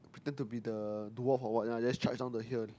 pretend to be the dwarf or what and then charge down the hill